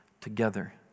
together